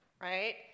right